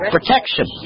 Protection